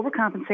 overcompensate